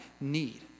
need